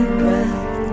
breath